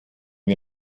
wir